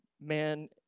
Man